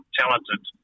talented